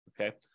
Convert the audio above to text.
okay